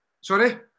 Sorry